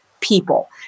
people